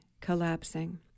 collapsing